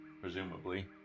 Presumably